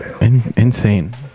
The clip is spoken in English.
insane